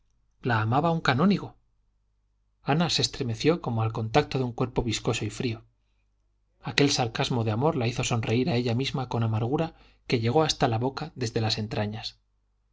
la amaba un canónigo ana se estremeció como al contacto de un cuerpo viscoso y frío aquel sarcasmo de amor la hizo sonreír a ella misma con amargura que llegó hasta la boca desde las entrañas